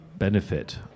Benefit